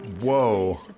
Whoa